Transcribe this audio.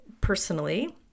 personally